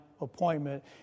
appointment